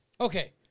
Okay